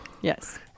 Yes